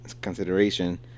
consideration